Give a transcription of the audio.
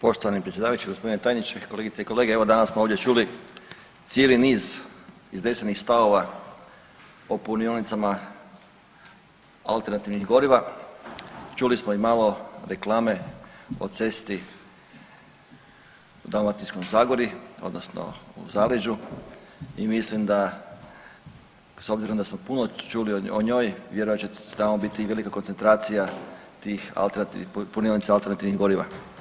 Poštovani predsjedavajući, gospodine tajniče, kolegice i kolege evo danas smo ovdje čuli cijeli niz iznesenih stavova o punionicama alternativnih goriva, čuli smo i malo reklame o cesti u Dalmatinskoj zagori odnosno u zaleđu i mislim da s obzirom da smo puno čuli o njoj vjerojatno će i tamo biti velika koncentracija tih alternativnih, punionica alternativnih goriva.